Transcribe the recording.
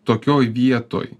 tokioj vietoj